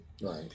Right